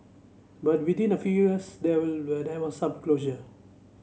but within a few years there were there was some closure